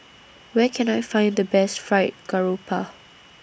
Where Can I Find The Best Fried Garoupa